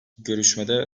görüşmede